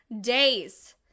days